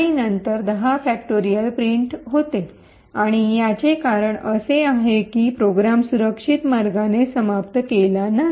नंतर प्रिंट होते आणि ह्याचे कारण असे आहे की प्रोग्राम सुरक्षित मार्गाने समाप्त केला गेला नाही